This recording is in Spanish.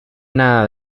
nada